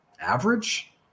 average